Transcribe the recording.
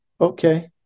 Okay